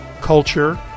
culture